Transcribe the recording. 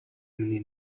миний